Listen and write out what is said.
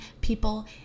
people